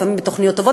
לפעמים בתוכניות טובות,